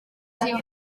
atenció